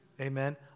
Amen